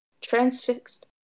transfixed